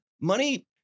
money